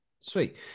Sweet